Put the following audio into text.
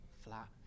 flat